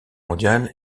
mondiale